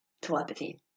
telepathy